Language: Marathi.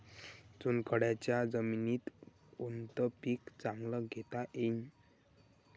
चुनखडीच्या जमीनीत कोनतं पीक चांगलं घेता येईन?